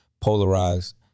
polarized